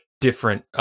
different